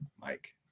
Mike